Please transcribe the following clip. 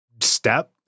step